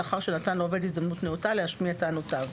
לאחר שנתן לעובד הזדמנות נאותה להשמיע טענותיו.